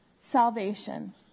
salvation